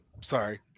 sorry